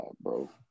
bro